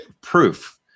proof